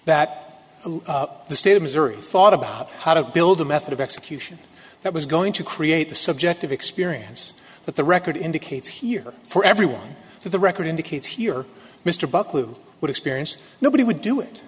that the state of missouri thought about how to build a method of execution that was going to create the subjective experience that the record indicates here for everyone that the record indicates here mr buckley who would experience nobody would do it